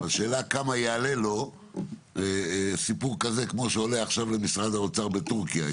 השאלה כמה יעלה לו סיפור כזה כמו שעולה עכשיו למשרד האוצר בטורקיה,